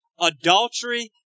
Adultery